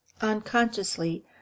Unconsciously